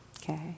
Okay